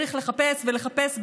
צריך לחפש ולחפש,